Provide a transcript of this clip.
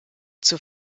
zur